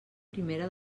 primera